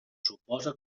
suposa